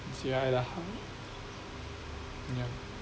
lah ya